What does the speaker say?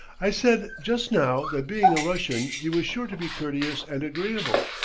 i said, just now, that, being a russian, he was sure to be courteous and agreeable,